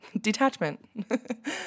Detachment